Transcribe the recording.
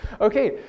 Okay